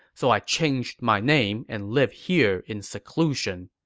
so i changed my name and live here in seclusion.